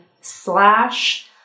slash